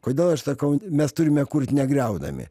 kodėl aš sakau mes turime kurt negriaudami